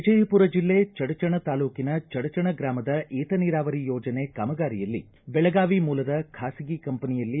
ವಿಜಯಪುರ ಜಿಲ್ಲೆ ಚಡಚಣ ತಾಲೂಕಿನ ಚಡಚಣ ಗ್ರಾಮದ ಏತ ನೀರಾವರಿ ಯೋಜನೆ ಕಾಮಗಾರಿಯಲ್ಲಿ ಬೆಳಗಾವಿ ಮೂಲದ ಖಾಸಗಿ ಕಂಪೆನಿಯಲ್ಲಿ